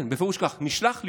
כן, בפירוש כך, נשלח לשמור.